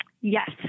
Yes